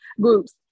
groups